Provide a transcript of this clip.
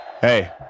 Hey